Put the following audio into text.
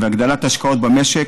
והגדלת השקעות במשק,